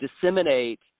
disseminate